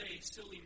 silly